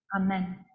Amen